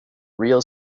real